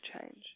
change